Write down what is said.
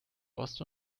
ost